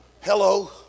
Hello